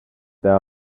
that